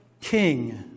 king